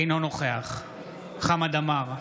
אינו נוכח חמד עמאר,